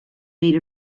made